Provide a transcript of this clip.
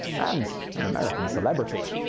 and an american celebrity.